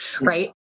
right